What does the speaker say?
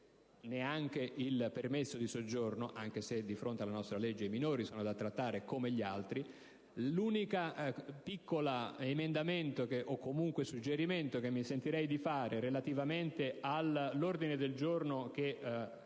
neanche il permesso di soggiorno, anche se, di fronte alla nostra legge, i minori sono da trattare come gli altri. L'unico piccolo emendamento, o comunque suggerimento, che mi sentirei di fare relativamente all'ordine del giorno G5.200